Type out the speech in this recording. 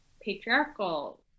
patriarchal